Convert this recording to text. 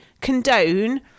condone